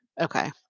Okay